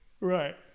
Right